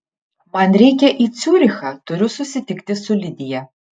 man reikia į ciurichą turiu susitikti su lidija